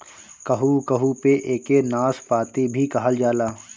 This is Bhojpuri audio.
कहू कहू पे एके नाशपाती भी कहल जाला